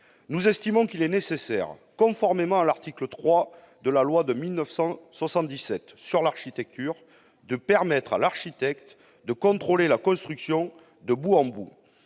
Nous estimons qu'il est nécessaire, conformément à l'article 3 de la loi de 1977 sur l'architecture, de permettre à l'architecte de contrôler la construction du bout en bout